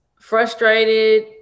frustrated